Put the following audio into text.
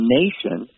nation